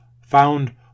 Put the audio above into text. Found